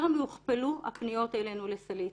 יותר מהוכפלו הפניות אלינו לסלעית.